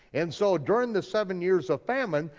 and so during the seven years of famine,